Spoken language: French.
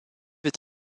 est